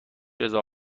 رضا